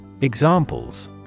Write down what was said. Examples